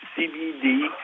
CBD